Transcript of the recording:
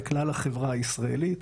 לכלל החברה הישראלית.